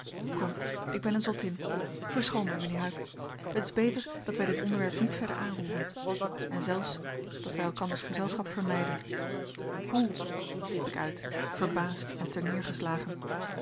kom ik ben een zottin verschoon mij mijnheer huyck het is beter dat wij dit onderwerp niet verder aanroeren en zelfs dat wij elkanders gezelschap vermijden hoe riep ik uit verbaasd en